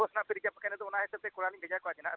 ᱵᱟᱠᱷᱟᱱ ᱫᱚ ᱚᱱᱟ ᱦᱤᱥᱟᱹᱵ ᱛᱮ ᱠᱚᱨᱟᱣ ᱞᱤᱧ ᱵᱷᱮᱡᱟ ᱠᱚᱣᱟ ᱥᱮ ᱦᱟᱸᱜ